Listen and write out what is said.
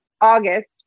August